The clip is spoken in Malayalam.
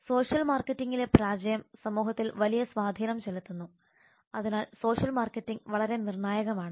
സോഷ്യൽ മാർക്കറ്റിംഗിലെ പരാജയം സമൂഹത്തിൽ വലിയ സ്വാധീനം ചെലുത്തുന്നു അതിനാൽ സോഷ്യൽ മാർക്കറ്റിംഗ് വളരെ നിർണായകമാണ്